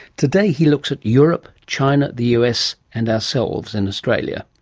today he looks at europe, china, the u. s. and ourselves in australia.